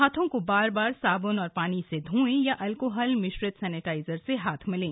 हांथों को बार बार साब्न और पानी से धोएं या अल्कोहल मिश्रित सैनेटाइजर से हाथ मलें